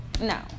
No